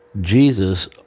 Jesus